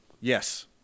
Yes